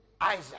Isaac